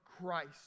Christ